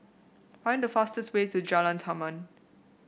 find the fastest way to Jalan Taman